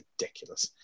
ridiculous